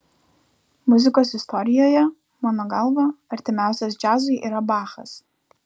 muzikos istorijoje mano galva artimiausias džiazui yra bachas